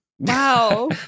Wow